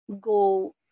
go